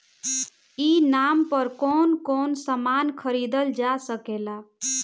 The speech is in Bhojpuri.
ई नाम पर कौन कौन समान खरीदल जा सकेला?